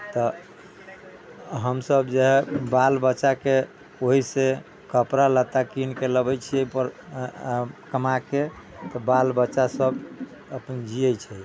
तऽ हमसब जे हय बाल बच्चा के ओहि से कपड़ा लत्ता कीन के लबै छियै कमा के तऽ बाल बच्चा सब अपन जियै छै